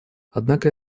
однако